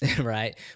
right